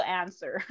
answer